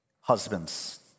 Husbands